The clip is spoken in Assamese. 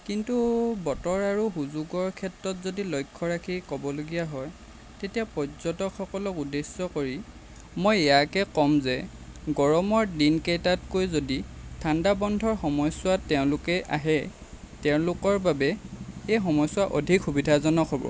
কিন্তু বতৰ আৰু সুযোগৰ ক্ষেত্ৰত যদি লক্ষ্য ৰাখি ক'বলগীয়া হয় তেতিয়া পৰ্যটকসকলক উদ্দেশ্য কৰি মই ইয়াকে ক'ম যে গৰমৰ দিনকেইটাতকৈ যদি ঠাণ্ডা বন্ধৰ সময়ছোৱাত তেওঁলোকে আহে তেওঁলোকৰ বাবে সেই সময়ছোৱা অধিক সুবিধাজনক হ'ব